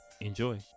enjoy